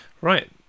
Right